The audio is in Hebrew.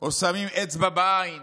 או שמים אצבע בעין